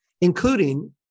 including